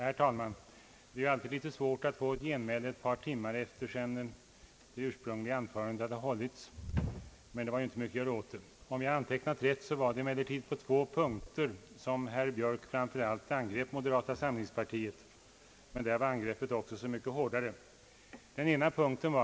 Herr talman! Det är alltid svårt när man får framföra ett genmäle först ett par timmar efter det ursprungliga anförandet, men åt det är inte mycket att göra. Om jag antecknat rätt var det på två punkter som herr Björk framför allt angrep moderata samlingspartiet, men där var angreppen så mycket hårdare. na.